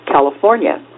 California